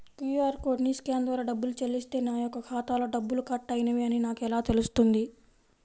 QR కోడ్ని scan ద్వారా డబ్బులు చెల్లిస్తే నా యొక్క ఖాతాలో డబ్బులు కట్ అయినవి అని నాకు ఎలా తెలుస్తుంది?